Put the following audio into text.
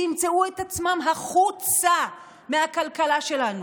שימצאו את עצמם החוצה מהכלכלה שלנו.